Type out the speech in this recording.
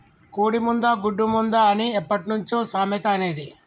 కోడి ముందా, గుడ్డు ముందా అని ఎప్పట్నుంచో సామెత అనేది